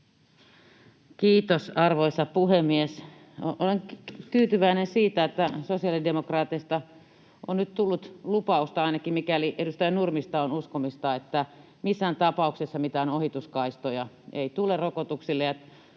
Kiitos, arvoisa puhemies! Olen tyytyväinen siitä, että sosiaalidemokraateista on nyt tullut lupausta, ainakin mikäli edustaja Nurmista on uskomista, että missään tapauksessa mitään ohituskaistoja ei tule rokotuksille,